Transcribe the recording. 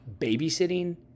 babysitting